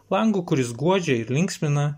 langu kuris guodžia ir linksmina